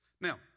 Now